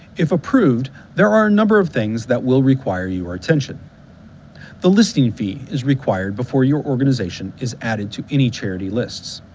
if approved, there are a number of things that will require your attention the listing fee is required before your organization is added to any charity lists